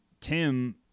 Tim